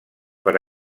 per